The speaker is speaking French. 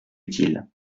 utile